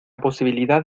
posibilidad